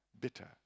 bitter